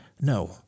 no